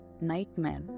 nightmare